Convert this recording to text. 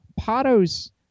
Pato's